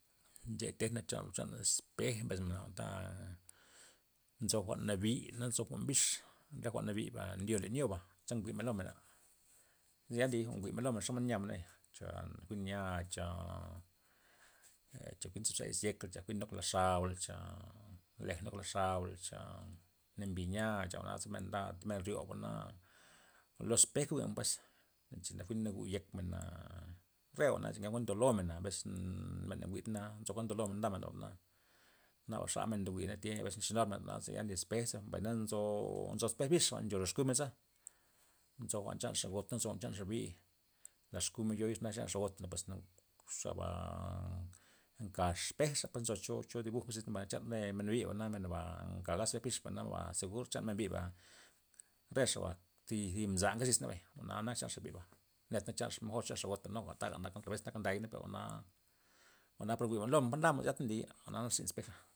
Nche teja chen- chan espej mbes jwa'nta, nzo jwa'n nabi na nzo jwa'n bix, re jwa'n nabi'ba ndyo len nyuba' za njwi'men lo menba zya ze njwi'men lomen xomod nyamen zebay, cha jwi'n nya cha cha jwi'n nzibza' izyekmen cha jwi'n nokla xabla' o cha leja' nokla xabla' cha nambi yia' cha jwa'naza men nda men ryioba na lo espej jwi'men pues, en cha jwi'n mbu yekmena re jwa'na nly', cha ken kuan ndolo lomena', abezes na men na njwi'dna na nzo kuando ndolo lomen na ndamen ojwa'na naba xa men nd jwi'na tya abezes nxinur men jwa'na rzynya nly espeja'. mbay na nzo, nzo espej bix jwa'n ncho len exkumen za, nzo jwa'n chan xa gota', ncho jwa'n chan xabi', lad exkumen yo'i chan xa gota' pues nak xaba' nkaxa espej xa pues nzoy cho- cho dibuj xis ney mbay cha re men biba' na men ba' nkaga espej bix men ba segur chan men biba' re xaba thi- thi mza nke xis ney bay jwa'na nak chan xabiba', nyet'na a lo mejor nu chan xa gota nuga nuga taga naka a la bes nday miska jwa'na, jwa'na njwi'men lomen par ndamen jwa'nata nly' jwa'nak irzyn espeja.